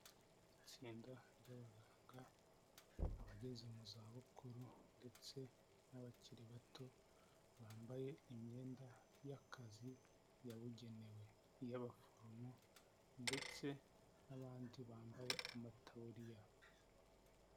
Itsinda ry'abaganga abageze mu za bukuru ndetse n'abakiri bato, bambaye imyenda y'akazi yabugenewe iy'abaforomo ndetse n'abandi bambaye amataburiya.